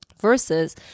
versus